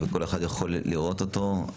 וכל אחד יכול לראות אותו.